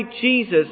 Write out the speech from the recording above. Jesus